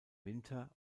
winter